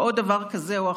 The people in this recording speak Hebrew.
או דבר כזה או אחר.